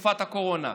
בתקופת הקורונה.